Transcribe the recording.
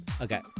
okay